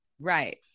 right